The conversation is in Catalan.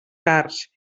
cars